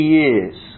years